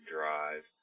Drive